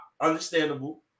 understandable